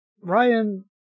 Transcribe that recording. Ryan